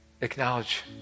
Acknowledge